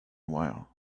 while